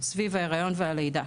סביב ההיריון והלידה.